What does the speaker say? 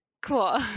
cool